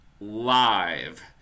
live